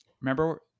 remember